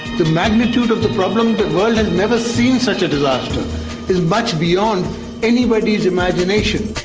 the magnitude of the problem the world has never seen such a disaster. it's much beyond anybody's imagination.